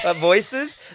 voices